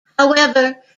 however